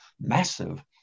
massive